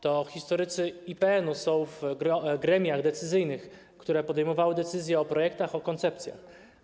To historycy IPN są w gremiach decyzyjnych, które podejmowały decyzje o projektach, o koncepcjach.